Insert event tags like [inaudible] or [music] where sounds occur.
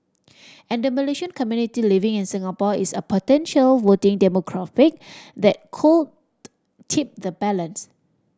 [noise] and the Malaysian community living in Singapore is a potential voting demographic that could tip the balance